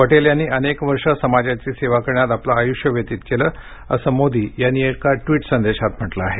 पटेल यांनी अनेक वर्षे समाजाची सेवा करण्यात आपलं आयुष्य व्यतीत केलं असं मोदी यांनी एका ट्विट संदेशात म्हटलं आहे